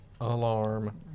Alarm